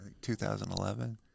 2011